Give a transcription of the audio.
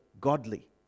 godly